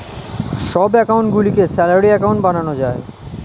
সব অ্যাকাউন্ট গুলিকে salary account বানানো যায়